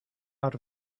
out